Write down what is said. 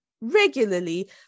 regularly